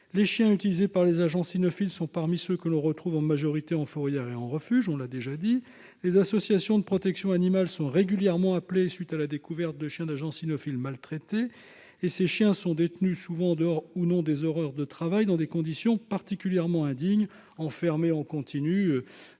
Les chiens utilisés par les agents cynophiles sont parmi ceux que l'on retrouve en majorité en fourrière et en refuge. Les associations de protection animale sont régulièrement appelées à la suite de la découverte de chiens d'agents cynophiles maltraités. Ces chiens sont détenus en dehors ou non des horaires de travail dans des conditions particulièrement indignes et enfermés en continu